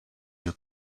you